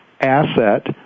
asset